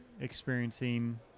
experiencing